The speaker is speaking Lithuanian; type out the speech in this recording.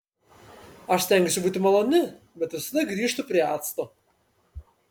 aš stengiuosi būti maloni bet visada grįžtu prie acto